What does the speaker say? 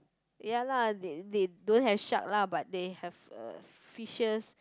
ya lah they they don't have shark lah but they have uh fishes